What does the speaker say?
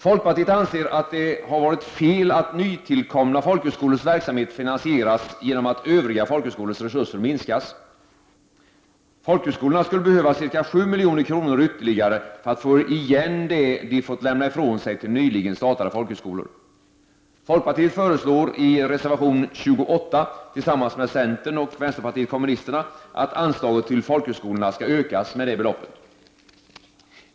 Folkpartiet anser att det har varit fel att nytillkomna folkhögskolors verksamhet finansieras genom att övriga folkhögskolors resurser minskas. Folkhögskolorna skulle behöva ca 7 milj.kr. ytterligare för att få tillbaka det de fått lämna ifrån sig till nyligen startade folkhögskolor. Folkpartiet föreslår i reservation 28 tillsammans med centern och vänsterpartiet kommunisterna att anslaget till folkhögskolorna skall ökas med det beloppet.